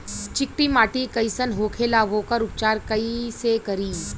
चिकटि माटी कई सन होखे ला वोकर उपचार कई से करी?